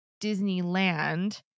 Disneyland